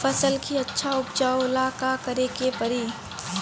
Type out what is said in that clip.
फसल के अच्छा उपजाव ला का करे के परी?